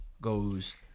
goes